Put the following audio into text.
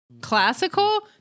Classical